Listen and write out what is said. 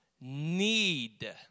need